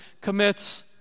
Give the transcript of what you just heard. commits